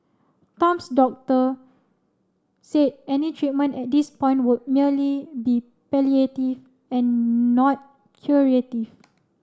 Tam's doctor said any treatment at this point would merely be palliative and not curative